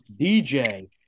DJ